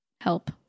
help